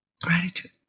gratitude